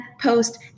post